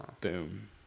Boom